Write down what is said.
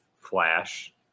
Flash